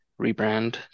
rebrand